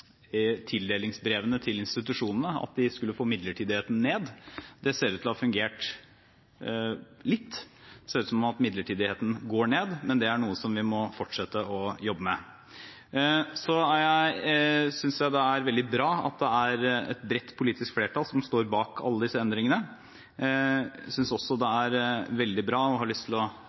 tildelingsbrevene til institusjonene at vi skulle få midlertidigheten ned. Det ser ut til å ha fungert – litt. Det ser ut som at midlertidigheten går ned, men det er noe som vi må fortsette å jobbe med. Så synes jeg det er veldig bra at det er et bredt politisk flertall som står bak alle disse endringene. Jeg synes også det er veldig bra, og har lyst til å